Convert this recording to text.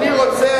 אני רוצה,